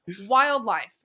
wildlife